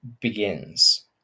begins